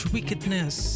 Wickedness